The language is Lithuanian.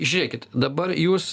žiūrėkit dabar jūs